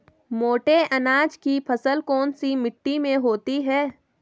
मोटे अनाज की फसल कौन सी मिट्टी में होती है?